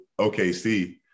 OKC